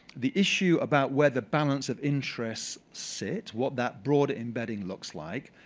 the issue about whether balance of interest sets, what that broad embedding looks like,